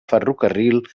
ferrocarril